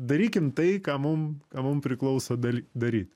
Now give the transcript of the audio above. darykim tai ką mum ką mum priklauso dal daryt